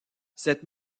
cette